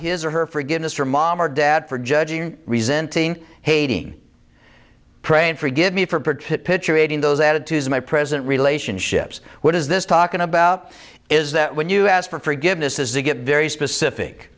his or her forgiveness for mom or dad for judging resenting hating praying forgive me for part of those attitudes in my present relationships what is this talking about is that when you ask for forgiveness as they get very specific